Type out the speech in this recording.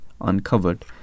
uncovered